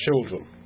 children